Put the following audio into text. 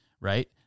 right